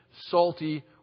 salty